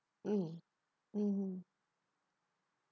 mm mmhmm